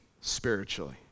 spiritually